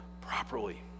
properly